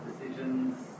decisions